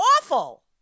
awful